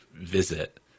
visit